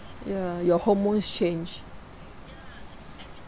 ya your hormones changed